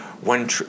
One